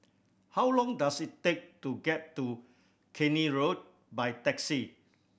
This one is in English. how long does it take to get to Keene Road by taxi